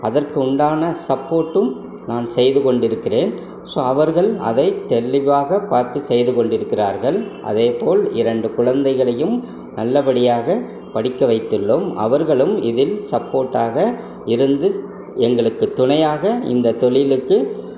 அதற்கு உண்டான சப்போர்ட்டும் நான் செய்து கொண்டிருக்கிறேன் ஸோ அவர்கள் அதை தெளிவாக பார்த்து செய்து கொண்டிருக்கிறார்கள் அதேபோல் இரண்டு குழந்தைகளையும் நல்லபடியாக படிக்க வைத்துள்ளோம் அவர்களும் இதில் சப்போர்ட்டாக இருந்து எங்களுக்கு துணையாக இந்த தொழிலுக்கு